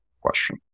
question